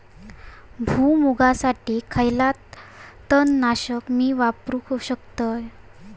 भुईमुगासाठी खयला तण नाशक मी वापरू शकतय?